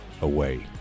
away